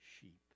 sheep